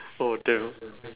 oh damn